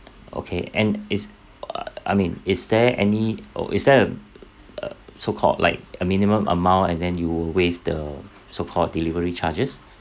okay and is err I mean is there any oh is there a uh so called like a minimum amount and then you will waive the so called delivery charges